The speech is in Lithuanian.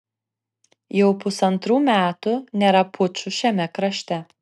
jau pusantrų metų nėra pučų šiame krašte